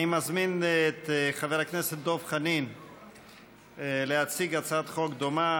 אני מזמין את חבר הכנסת דב חנין להציג הצעת חוק דומה,